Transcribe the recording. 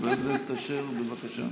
חבר הכנסת אשר, בבקשה.